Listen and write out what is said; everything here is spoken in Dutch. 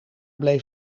bleef